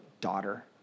daughter